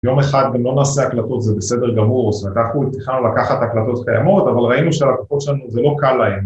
יום אחד, ולא נעשה הקלטות, זה בסדר גמור, זאת אומרת, אנחנו התחלנו לקחת הקלטות כאמור, אבל ראינו שהקלטות שלנו, זה לא קל להם.